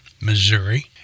Missouri